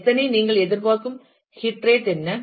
எத்தனை நீங்கள் எதிர்பார்க்கும் ஹிட் ரேட் என்ன